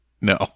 No